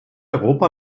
europa